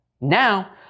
Now